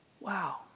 Wow